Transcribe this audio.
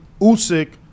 Usyk